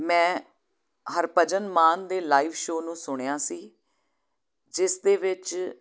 ਮੈਂ ਹਰਭਜਨ ਮਾਨ ਦੇ live show ਨੂੰ ਸੁਣਿਆ ਸੀ ਜਿਸ ਦੇ ਵਿੱਚ